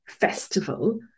festival